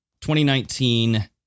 2019